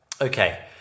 Okay